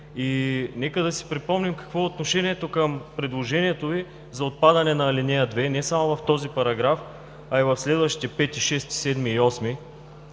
И нека да си припомним какво е отношението към предложението Ви за отпадане на ал. 2 не само в този параграф, а и в следващите 5, 6, 7 и 8.